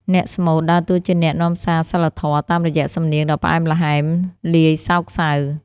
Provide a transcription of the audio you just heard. អ្នកស្មូតដើរតួជាអ្នកនាំសារសីលធម៌ តាមរយៈសំនៀងដ៏ផ្អែមល្ហែមលាយសោកសៅ។